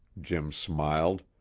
jim smiled.